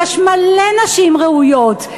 יש מלא נשים ראויות,